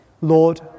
Lord